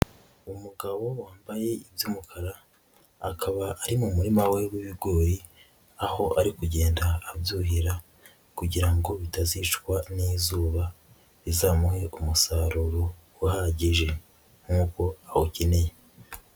Umugabo wambaye iby'umukara akaba ari mu murima we w'ibigori, aho ari kugenda abyuhira kugira ngo bitazicwa n'izuba, bizamuhe umusaruro uhagije nk'uko awukeneye.